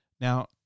now